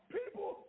people